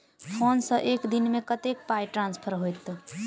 Phone सँ एक दिनमे कतेक पाई ट्रान्सफर होइत?